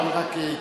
אני רק התלוצצתי.